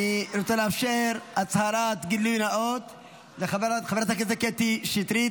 אני רוצה לאפשר הצהרת גילוי נאות לחברת הכנסת קטי שטרית,